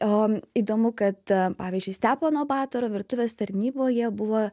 o įdomu kad pavyzdžiui stepono batoro virtuvės tarnyboje buvo